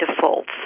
defaults